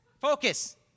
focus